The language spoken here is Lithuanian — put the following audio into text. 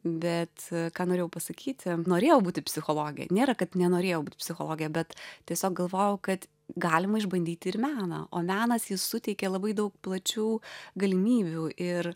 bet ką norėjau pasakyti norėjau būti psichologe nėra kad nenorėjau būti psichologe bet tiesiog galvojau kad galima išbandyti ir meną o menas jis suteikia labai daug plačių galimybių ir